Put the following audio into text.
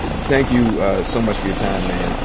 thank you so much for your time, man.